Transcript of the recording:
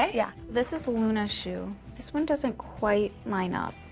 yeah. this is luna's shoe, this one doesn't quite line up.